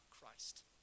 Christ